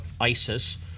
ISIS